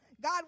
God